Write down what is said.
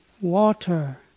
water